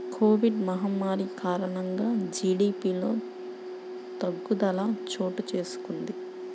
Covid మహమ్మారి కారణంగా జీడీపిలో తగ్గుదల చోటుచేసుకొంది